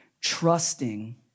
trusting